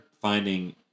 finding